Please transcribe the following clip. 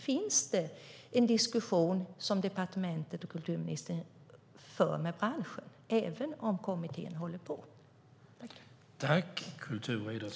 För departementet och kulturministern en diskussion med branschen, även om kommittén håller på att arbeta?